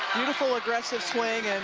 beautiful aggressive swing. and